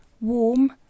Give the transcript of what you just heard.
warm